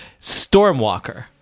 Stormwalker